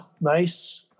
nice